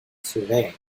surveying